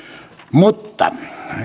mutta